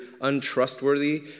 untrustworthy